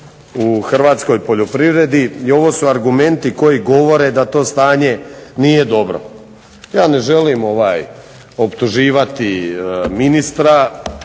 u Hrvatskoj poljoprivredi i ovo su argumenti koji govore da to stanje nije dobro. Ja ne želim optuživati ministra,